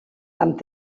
amb